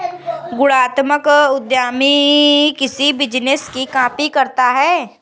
गुणात्मक उद्यमी किसी बिजनेस की कॉपी करता है